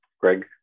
Greg